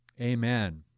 amen